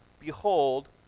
behold